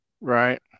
Right